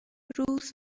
روز